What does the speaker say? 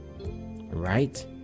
right